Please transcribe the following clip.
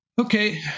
Okay